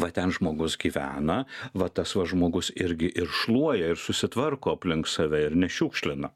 va ten žmogus gyvena va tas va žmogus irgi ir šluoja ir susitvarko aplink save ir nešiukšlina